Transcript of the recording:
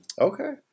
Okay